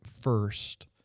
first